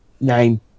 name